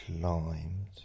climbed